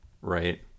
right